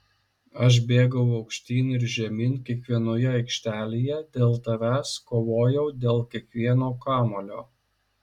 aš bėgau aukštyn ir žemyn kiekvienoje aikštelėje dėl tavęs kovojau dėl kiekvieno kamuolio